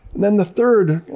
then the third,